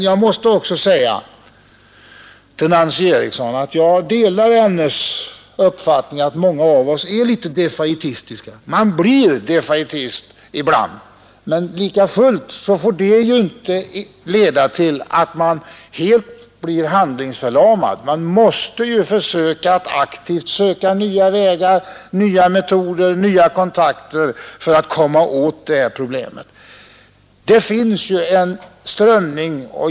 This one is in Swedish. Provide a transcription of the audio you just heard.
Jag delar fru Erikssons i Stockholm uppfattning att många av oss är litet defaitistiska — man blir något av defaitist ibland. Men det får inte leda till att man blir helt handlingsförlamad. Man måste aktivt söka nya vägar, nya metoder, nya kontakter för att komma åt problemet.